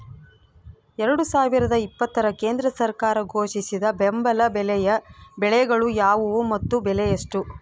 ಎರಡು ಸಾವಿರದ ಇಪ್ಪತ್ತರ ಕೇಂದ್ರ ಸರ್ಕಾರ ಘೋಷಿಸಿದ ಬೆಂಬಲ ಬೆಲೆಯ ಬೆಳೆಗಳು ಯಾವುವು ಮತ್ತು ಬೆಲೆ ಎಷ್ಟು?